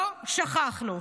לא שכחנו.